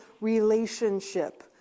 relationship